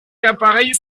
appareils